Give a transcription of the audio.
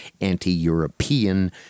anti-European